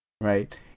right